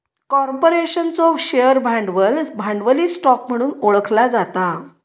कॉर्पोरेशनचो शेअर भांडवल, भांडवली स्टॉक म्हणून ओळखला जाता